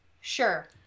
sure